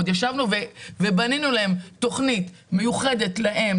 עוד ישבנו ובנינו להם תוכנית מיוחדת להם,